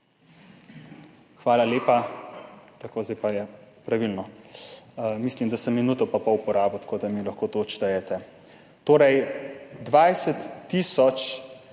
Hvala lepa. Tako, zdaj pa je pravilno. Mislim, da sem porabil minuto in pol, tako da mi lahko to odštejete. Torej, 20 tisoč